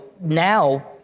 now